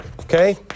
Okay